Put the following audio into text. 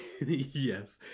Yes